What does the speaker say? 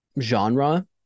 genre